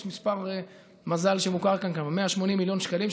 יש מספר מזל שמוכר כאן: 180 מיליון שקלים,